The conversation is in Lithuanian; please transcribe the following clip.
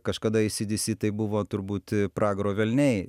kažkada acds tai buvo turbūt pragaro velniai